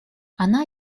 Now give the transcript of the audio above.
она